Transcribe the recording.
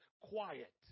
quiet